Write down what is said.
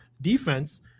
defense